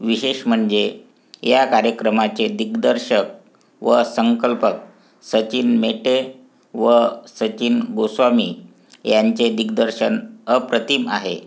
विशेष म्हणजे या कार्यक्रमाचे दिग्दर्शक व संकल्पक सचिन मेटे व सचिन गोस्वामी यांचे दिग्दर्शन अप्रतिम आहे